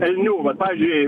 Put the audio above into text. elnių vat pavyzdžiui